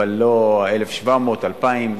אבל לא 1,700, 2,000,